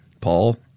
Paul